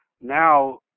Now